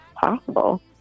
possible